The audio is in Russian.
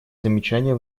замечания